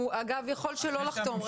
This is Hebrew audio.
הוא יכול גם לא לחתום,